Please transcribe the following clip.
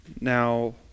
Now